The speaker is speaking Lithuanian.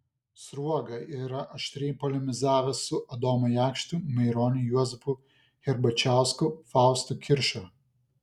sruoga yra aštriai polemizavęs su adomu jakštu maironiu juozapu herbačiausku faustu kirša